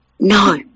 No